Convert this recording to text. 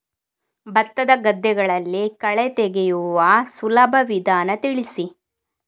ಭತ್ತದ ಗದ್ದೆಗಳಲ್ಲಿ ಕಳೆ ತೆಗೆಯುವ ಸುಲಭ ವಿಧಾನ ತಿಳಿಸಿ?